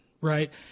right